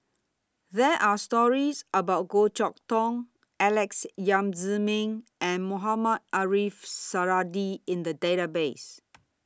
There Are stories about Goh Chok Tong Alex Yam Ziming and Mohamed Ariff Suradi in The Database